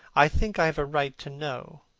i think i have a right to know.